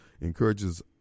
encourages